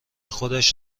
خودش